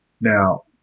Now